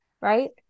Right